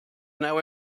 now